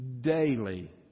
daily